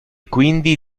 quindi